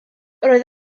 roedd